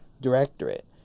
Directorate